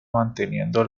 manteniendo